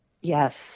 Yes